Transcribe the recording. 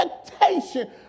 expectation